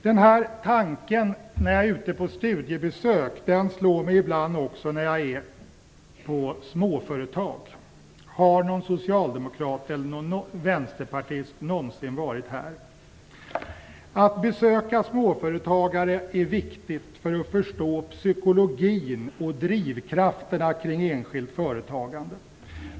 De tankar jag får när jag är ute på dessa studiebesök slår mig ibland också när jag besöker småföretag: Har någon socialdemokrat eller någon vänsterpartist någonsin varit här? Det är viktigt att besöka småföretagare för att förstå psykologin och drivkrafterna bakom enskilt företagande.